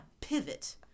pivot